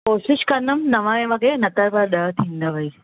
कोशिशि कंदमि नवें वॻे न त त ॾह थींदव ई